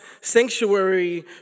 sanctuary